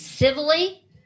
Civilly